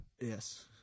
Yes